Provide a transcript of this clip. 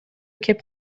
кеп